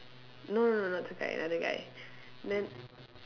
no no no not Zhen Kai another guy then